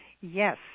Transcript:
Yes